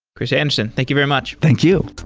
chris anderson, thank you very much thank you.